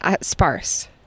sparse